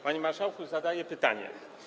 Panie marszałku, zadaję pytanie.